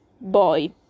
boy